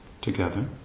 together